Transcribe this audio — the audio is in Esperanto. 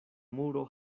muro